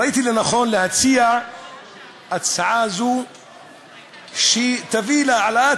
ראיתי לנכון להציע הצעה זו שתביא להעלאת